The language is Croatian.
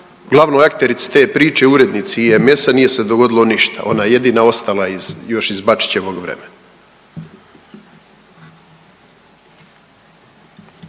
glavnoj akterici te priče, urednici IMS-a nije se dogodilo ništa, ona je jedina ostala iz, još iz Bačićevog vremena.